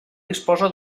disposa